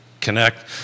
connect